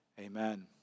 amen